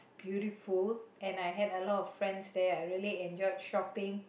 beautiful and I had a lot of friends there I really enjoyed shopping